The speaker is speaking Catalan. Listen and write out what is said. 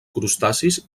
crustacis